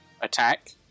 attack